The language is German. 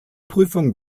prüfung